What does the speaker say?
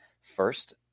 first